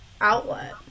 outlet